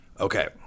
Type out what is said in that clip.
Okay